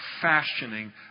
fashioning